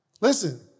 Listen